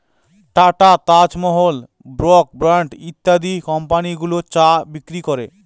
tata, Taj Mahal, Brooke Bond ইত্যাদি company গুলো চা বিক্রি করে